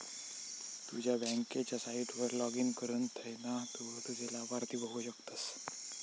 तुझ्या बँकेच्या साईटवर लाॅगिन करुन थयना तु तुझे लाभार्थी बघु शकतस